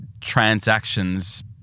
transactions